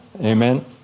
Amen